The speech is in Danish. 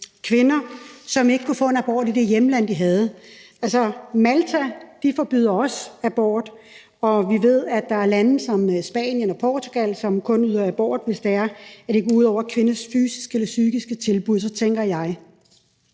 kvinder, som ikke kan få en abort i deres hjemland. Altså, Malta forbyder abort, og vi ved, at der er lande som Spanien og Portugal, som kun yder abort, hvis det ellers ville gå ud over kvinders fysiske eller psykiske tilstand .